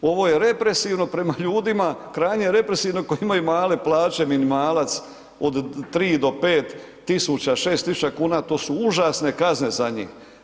Ovo je represivno prema ljudima, krajnje represivno koji imaju male plaće, minimalac od 3 do 5 tisuća, 6 tisuća kuna to su užasne kazne za njih.